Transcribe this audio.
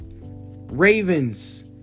Ravens